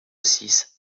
six